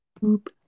Boop